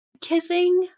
Kissing